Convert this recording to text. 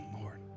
Lord